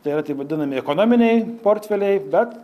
tai yra taip vadinami ekonominiai portfeliai bet